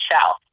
south